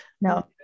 No